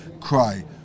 cry